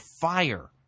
fire